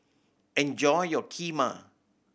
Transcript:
enjoy your Kheema